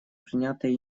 принятое